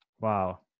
wow